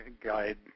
guide